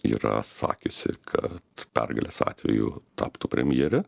yra sakiusi kad pergalės atveju taptų premjere